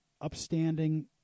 upstanding